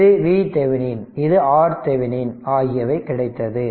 இது VThevenin இது RThevenin ஆகியவை கிடைத்தது